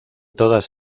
todas